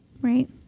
right